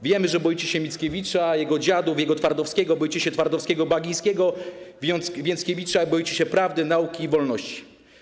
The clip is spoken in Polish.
Wiemy, że boicie się Mickiewicza, jego „Dziadów”, jego Twardowskiego, boicie się „Twardowsky'ego” Bagińskiego, Więckiewicza, boicie się prawdy, nauki i wolności.